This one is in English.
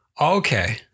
Okay